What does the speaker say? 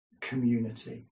community